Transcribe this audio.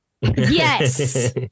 Yes